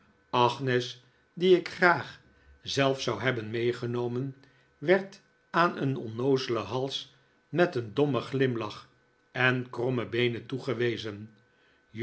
agnes die ik graag zelf zou hebben meegenomen werd aan een onnoozelen hals met een dommen glimlach en kromme beenen toegewezen